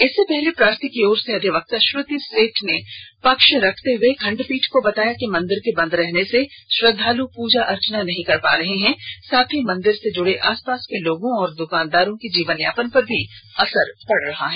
इससे पहले प्रार्थी की ओर से अधिवक्ता श्रुति श्रेष्ठ ने पक्ष रखते हुए खंडपीठ को बताया कि मंदिर के बंद रहने से श्रद्वालु पूजा अर्चना नहीं कर पा रहे हैं साथ ही मंदिर से जुड़े आसपास के लोगों और दुकानदारों के जीवनयापन पर भी असर पड़ रहा है